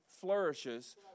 flourishes